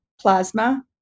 plasma